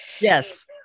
yes